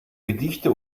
gedichte